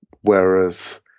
Whereas